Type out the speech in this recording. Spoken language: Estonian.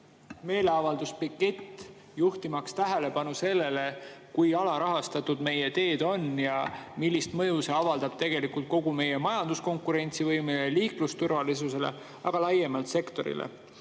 meeleavaldus, pikett, juhtimaks tähelepanu sellele, kui alarahastatud meie teed on ja millist mõju see avaldab meie majanduse konkurentsivõimele ja liiklusturvalisusele, aga ka laiemalt sektorile.